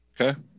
Okay